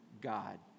God